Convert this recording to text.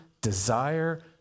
desire